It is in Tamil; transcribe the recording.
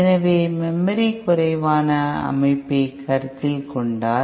எனவே மெமரி குறைவான அமைப்பைக் கருத்தில் கொண்டால்